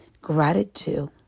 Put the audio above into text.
Gratitude